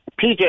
PJ